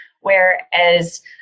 Whereas